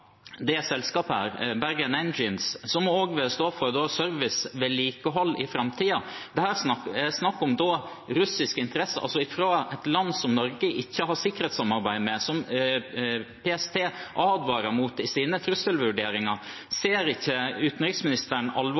Bergen Engines, som også da vil stå for service og vedlikehold i framtiden. Det er snakk om russiske interesser, altså fra et land som Norge ikke har sikkerhetssamarbeid med, og som PST advarer mot i sine trusselvurderinger. Ser ikke utenriksministeren